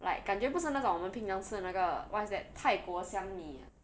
like 感觉不是那种我们平常吃的那个 what is that 泰国香米 ah